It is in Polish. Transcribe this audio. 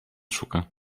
szuka